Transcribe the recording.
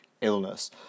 illness